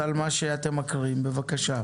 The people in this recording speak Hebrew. בבקשה.